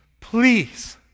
please